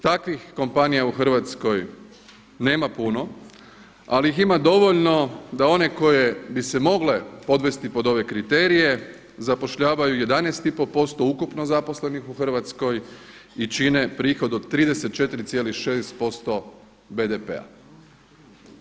Takvih kompanija u Hrvatskoj nema puno, ali ih ima dovoljno da one koje bi se mogle podvesti pod ove kriterije zapošljavaju 11 i pol posto ukupno zaposlenih u Hrvatskoj i čine prihod od 34,6% BDP-a.